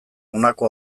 honako